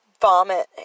vomit